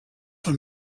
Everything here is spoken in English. for